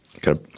Got